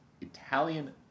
Italian